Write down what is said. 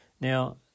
Now